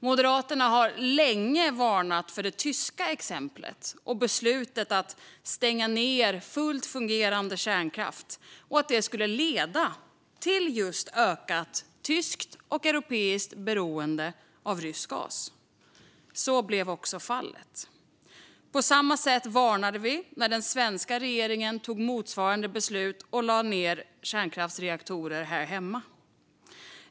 Moderaterna har länge varnat för det tyska exemplet och att beslutet att stänga ned fullt fungerande kärnkraft skulle leda till just ökat tyskt och europeiskt beroende av rysk gas. Så blev också fallet. På samma sätt varnade vi när den svenska regeringen tog motsvarande beslut och lade ned kärnkraftsreaktorer här hemma.